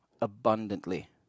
abundantly